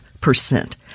percent